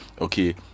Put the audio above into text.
okay